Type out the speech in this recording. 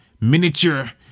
miniature